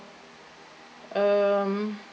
um